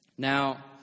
Now